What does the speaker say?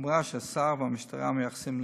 והחומרה שהשר והמשטרה מייחסים לאירוע.